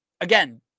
Again